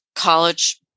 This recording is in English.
College